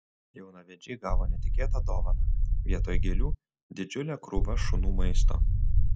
jaunavedžiai gavo netikėtą dovaną vietoj gėlių didžiulė krūva šunų maisto